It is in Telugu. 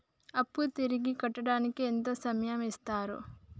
అప్పు తిరిగి కట్టడానికి ఎంత సమయం ఇత్తరు?